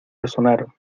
resonaron